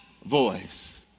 voice